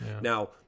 Now